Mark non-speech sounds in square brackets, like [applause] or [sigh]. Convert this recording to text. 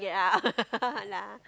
figure out [laughs]